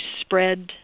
spread